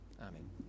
amen